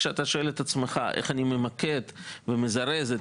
כשאתה שואל את עצמך איך למקד ולזרז את